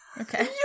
okay